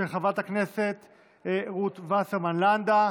התשפ"ב 2021, של חברת הכנסת רות וסרמן לנדה.